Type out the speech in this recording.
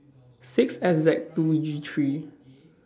six S Z two G three